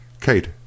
Kate